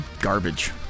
garbage